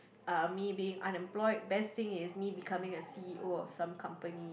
uh me being unemployed best thing is me becoming a c_e_o of some company